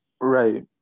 Right